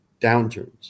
downturns